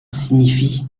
signifie